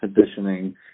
positioning